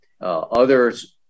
Others